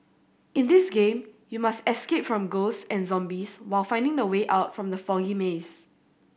in this game you must escape from ghosts and zombies while finding the way out from the foggy maze